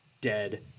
dead